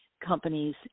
companies